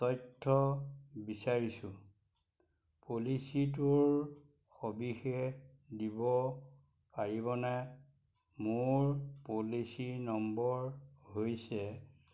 তথ্য বিচাৰিছোঁ পলিচীটোৰ সবিশেষ দিব পাৰিবনে মোৰ পলিচী নম্বৰ হৈছে